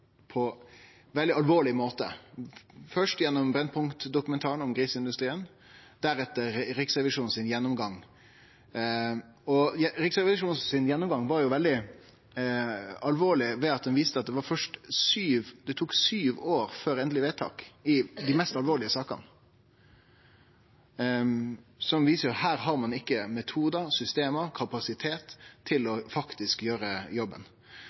på ein veldig alvorleg måte, først gjennom Brennpunkt-dokumentaren om griseindustrien og deretter ved Riksrevisjonens gjennomgang. Riksrevisjonens gjennomgang var veldig alvorleg ved at han viste at det tok sju år før endeleg vedtak i dei mest alvorlege sakene. Det viser at ein ikkje har metodar, system eller kapasitet til faktisk å gjere jobben.